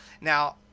Now